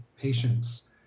patients